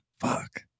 fuck